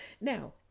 Now